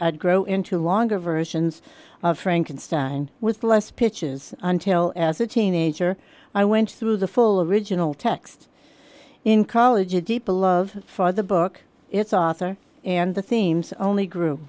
aged grow into longer versions of frankenstein with less pitches until as a teenager i went through the full original text in college a deep love for the book its author and the themes only grew